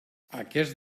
aquest